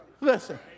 Listen